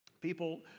people